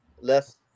less